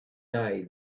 day